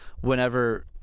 whenever